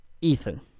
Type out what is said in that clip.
Ethan